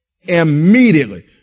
Immediately